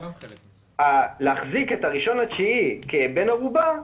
להחזיק את ה-1.9 כבן ערובה,